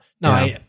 no